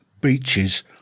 beaches